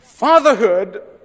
Fatherhood